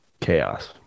chaos